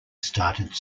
started